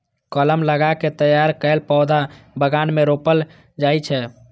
कलम लगा कें तैयार कैल पौधा बगान मे रोपल जाइ छै